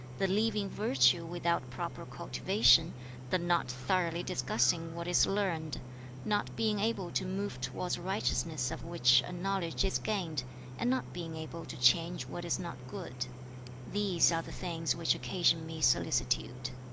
the leaving virtue without proper cultivation the not thoroughly discussing what is learned not being able to move towards righteousness of which a knowledge is gained and not being able to change what is not good these are the things which occasion me solicitude